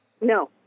No